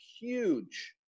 huge